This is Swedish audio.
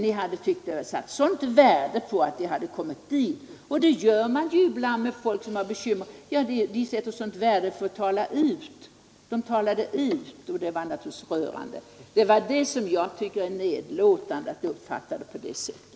Ni satte så stort värde på att stockholmarna kom dit, och det är ju så ibland: Folk som har bekymmer sätter sådant värde på att få tala ut. Det var naturligtvis rörande, men jag tyckte att det var nedlåtande att uppfatta uppvaktningarna på det sättet.